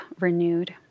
renewed